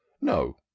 no